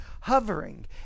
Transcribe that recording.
hovering